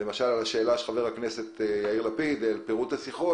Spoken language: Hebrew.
למשל לגבי השאלה של חבר הכנסת לפיד בנוגע לפירוט השיחות,